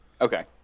Okay